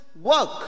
work